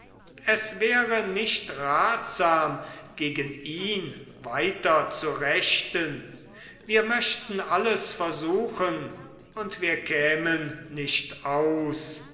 es wäre nicht ratsam gegen ihn weiter zu rechten wir möchten alles versuchen und wir kämen nicht aus